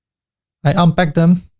i unpack them,